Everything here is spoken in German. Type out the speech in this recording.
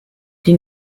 die